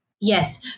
Yes